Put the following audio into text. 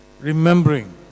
remembering